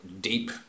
deep